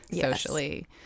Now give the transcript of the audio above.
socially